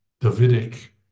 Davidic